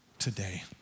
today